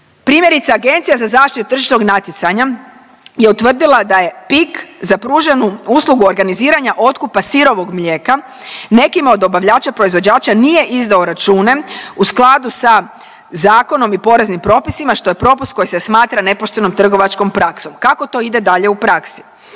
Primjerice Agencija za zaštitu tržišnog natjecanja je utvrdila da je PIK za pruženu uslugu organiziranja otkupa sirovog mlijeka nekima od dobavljača proizvođača nije izdao račune u skladu sa zakonom i poreznim propisima što je propust koji se smatra nepoštenom trgovačkom praksom. Kako to ide dalje u praksi?